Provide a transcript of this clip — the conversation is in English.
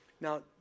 Now